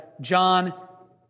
John